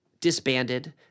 disbanded